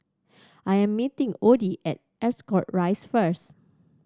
I am meeting Oddie at Ascot Rise first